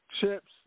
Chips